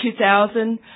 2000